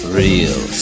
real